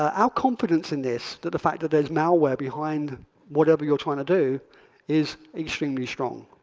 our ah confidence in this to the fact that there is malware behind whatever you're trying to do is extremely strong.